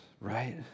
right